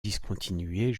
discontinuer